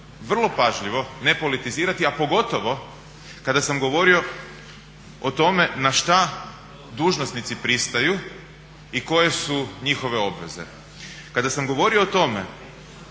vrlo pažljivo ne politizirati, a pogotovo kada sam govorio o tome na šta dužnosnici pristaju i koje su njihove obveze. Kada sam govorio o tome